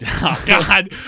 God